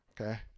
Okay